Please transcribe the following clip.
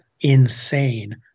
insane